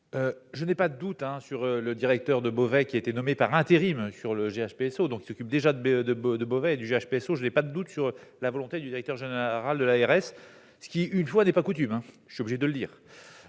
je n'ai pas d'août hein sur le directeur de Beauvais qui a été nommé par intérim sur le GHB Esso donc s'occupe déjà de BE de boeufs, de Beauvais et du GSPC, je n'ai pas de doute sur la volonté du directeur général de l'ARS, ce qui, une fois n'est pas coutume je suis obligé de le dire,